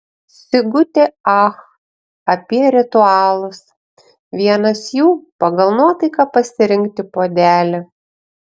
sigutė ach apie ritualus vienas jų pagal nuotaiką pasirinkti puodelį